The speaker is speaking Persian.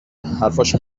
حرفاش